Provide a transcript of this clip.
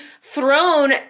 thrown